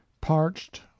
Parched